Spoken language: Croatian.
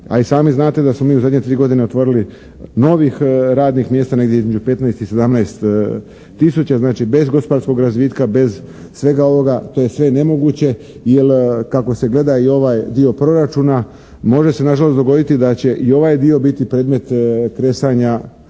A i sami znate da smo u zadnje tri godine otvorili novih radnih mjesta negdje između 15 i 17 tisuća. Znači, bez gospodarsko razvitka, bez svega ovoga to je sve nemoguće, jer kako se gleda i ovaj dio proračuna može se nažalost dogoditi da će i ovaj dio biti predmet kresanja